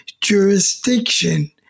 jurisdiction